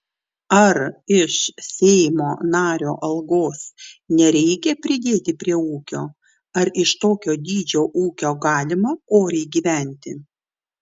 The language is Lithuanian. ar iš seimo nario algos nereikia pridėti prie ūkio ar iš tokio dydžio ūkio galima oriai gyventi